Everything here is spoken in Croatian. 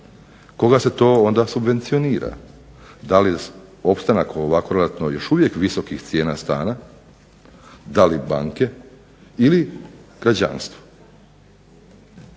koga se to onda subvencionira? Da li je opstanak ovako relativno još uvijek visokih cijena stana, da li banke ili građanstvo,